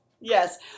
yes